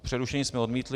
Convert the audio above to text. Přerušení jsme odmítli.